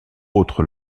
autres